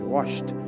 Washed